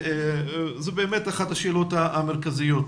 זאת באמת אחת השאלות המרכזיות.